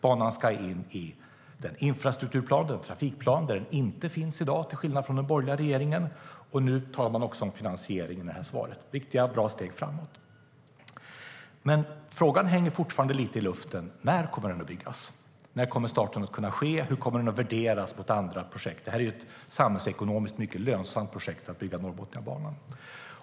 Banan ska in i den infrastrukturplan, trafikplan, där den inte finns i dag och som tillkom under den borgerliga regeringen. Nu talar man också om finansiering i svaret på min interpellation. Det är viktiga och bra steg framåt.Frågan hänger dock fortfarande lite i luften: När kommer den att byggas? När kommer starten att kunna ske? Hur kommer den att värderas mot andra projekt? Det är ju ett samhällsekonomiskt mycket lönsamt projekt att bygga Norrbotniabanan.